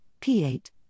P8